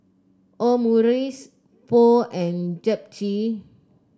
Omurice Pho and Japchae